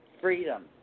Freedom